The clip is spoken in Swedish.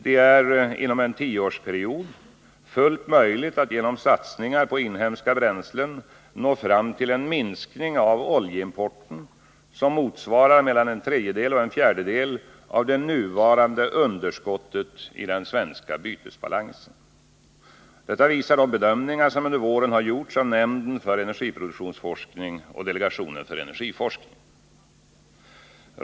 Det är inom en tioårsperiod fullt möjligt att genom satsningar på inhemska bränslen nå fram till en minskning av oljeimporten som motsvarar mellan en tredjedel och en fjärdedel av det nuvarande underskottet i den svenska bytesbalansen. Detta visar de bedömningar som under våren gjorts av nämnden för energiproduktionsforskning och delegationen för energiforskning.